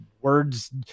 words